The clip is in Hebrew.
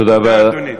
תודה, אדוני.